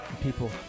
People